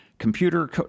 Computer